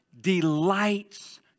delights